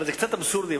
הרי זה קצת אבסורדי,